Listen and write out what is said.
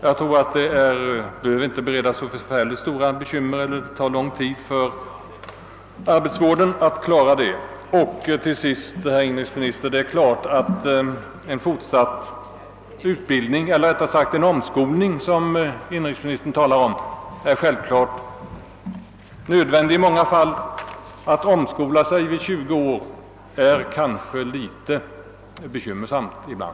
Jag tror inte att det skulle bereda så särskilt stora svårigheter för arbetsvården att klara denna uppgift. Slutligen är en omskolning, som inrikesministern talar om, givetvis nödvändig i många fall, men att omskola sig vid 20 års ålder är kanske litet bekymmersamt ibland.